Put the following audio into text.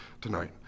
tonight